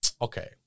okay